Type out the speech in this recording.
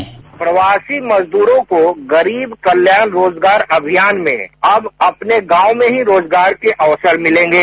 sound bite प्रवासी मजदूरों को गरीब कल्याण रोजगार अभियान में अब अपने गांव में ही रोजगार के अवसर मिलेंगे